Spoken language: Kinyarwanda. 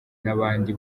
n’abandi